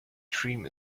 dream